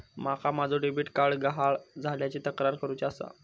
माका माझो debit card गहाळ झाल्याची तक्रार करुची आसा